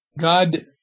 God